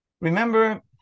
Remember